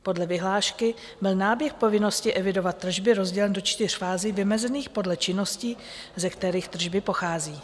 Podle vyhlášky byl náběh povinnosti evidovat tržby rozdělen do čtyř fází vymezených podle činností, ze kterých tržby pochází.